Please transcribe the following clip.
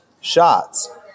shots